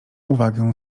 uwagę